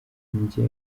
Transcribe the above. njye